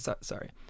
sorry